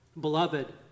Beloved